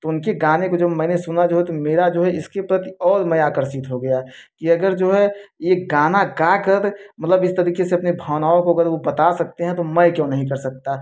तो उनके गाने को जब मैंने सुना जो है तो मेरा जो है इसके प्रति और मैं आकर्षित हो गया कि अगर जो है ये गाना गाकर मतलब इस तरीके से अपनी भावनाओं को अगर वह बता सकते हैं तो मैं क्यों नहीं कर सकता